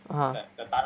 ah